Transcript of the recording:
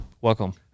welcome